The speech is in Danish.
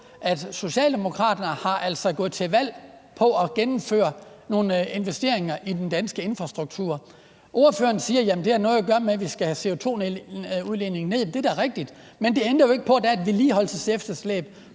at Socialdemokraterne altså er gået til valg på at gennemføre nogle investeringer i den danske infrastruktur. Ordføreren siger, at det har noget at gøre med, at vi skal have CO2-udledningen ned. Det er da rigtigt, men det ændrer jo ikke på, at der er et vedligeholdelsesefterslæb